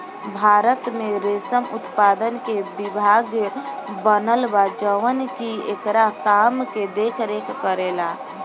भारत में रेशम उत्पादन के विभाग बनल बा जवन की एकरा काम के देख रेख करेला